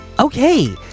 okay